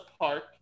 park